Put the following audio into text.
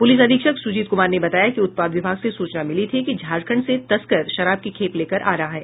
प्रलिस अधीक्षक सुजीत कुमार ने बताया कि उत्पाद विभाग से सूचना मिली थी कि झारखंड से तस्कर शराब की खेप लेकर आ रहा है